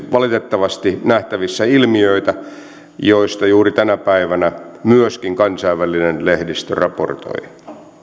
valitettavasti nähtävissä ilmiöitä joista juuri tänä päivänä myöskin kansainvälinen lehdistö raportoi